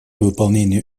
выполнению